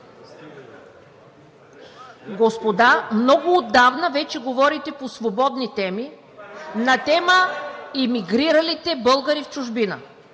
Господа, много отдавна вече говорите по свободни теми, на тема: „Емигриралите българи в чужбина“.